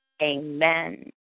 Amen